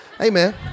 Amen